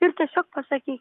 ir tiesiog pasakyk